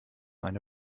eine